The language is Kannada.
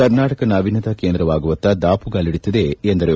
ಕರ್ನಾಟಕ ನಾವೀನ್ಯತಾ ಕೇಂದ್ರವಾಗುವತ್ತ ದಾಪುಗಾಲಿಡುತ್ತಿದೆ ಎಂದರು